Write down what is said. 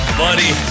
buddy